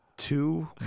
Two